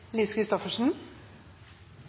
Lise Christoffersen,